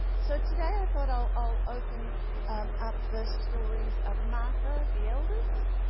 so, today, i thought i'll open up this stories of martha, the eldest,